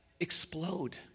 explode